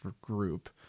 group